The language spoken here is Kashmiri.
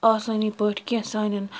آسانی پٲٹھۍ کیٚنہہ سانٮ۪ن